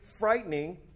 Frightening